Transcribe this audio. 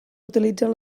utilitzen